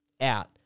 out